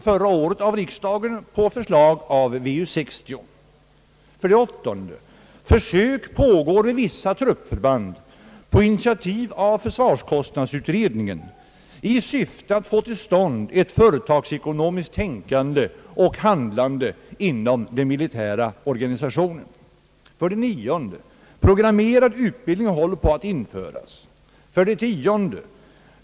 Försök pågår vid vissa truppförband på initiativ av försvarskostnadsutredningen i syfte att få till stånd ett företagsekonomiskt tänkande och handlande inom den militära organisationen. 10.